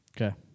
Okay